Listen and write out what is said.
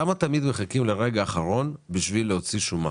למה תמיד מחכים לרגע האחרון בשביל להוציא שומה?